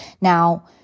Now